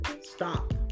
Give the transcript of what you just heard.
Stop